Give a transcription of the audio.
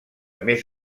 més